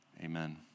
Amen